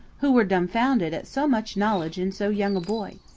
who were dumbfounded at so much knowledge in so young a boy.